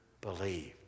believed